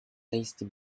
tasty